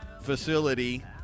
facility